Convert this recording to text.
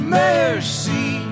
mercy